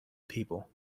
people